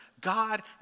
God